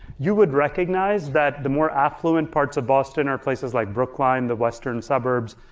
you would recognize that the more affluent parts of boston or places like brookline, the western suburbs,